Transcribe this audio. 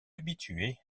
habituée